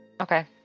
Okay